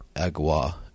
Agua